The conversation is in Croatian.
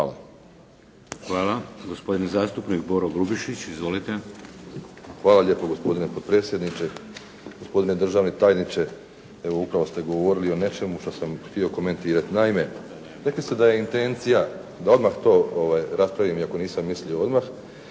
(HDZ)** Hvala. Gospodin zastupnik Boro Grubišić. Izvolite. **Grubišić, Boro (HDSSB)** Hvala lijepo. Gospodine potpredsjedniče, gospodine državni tajniče. Evo upravo ste govorili o nečemu što sam htio komentirati. Naime, rekli ste da je intencija da odmah to raspravim, iako nisam mislio odmah,